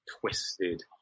twisted